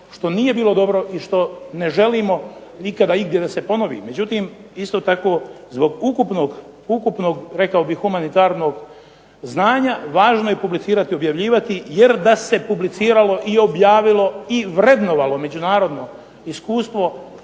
što nije bilo dobro i što ne želimo nikada igdje da se ponovi. Međutim, isto tako zbog ukupnom humanitarnog znanja važno je publicirati i objavljivati jer da se publiciralo i objavilo i vrednovalo međunarodno iskustvo